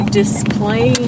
display